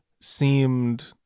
seemed